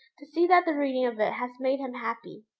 to see that the reading of it has made him happy.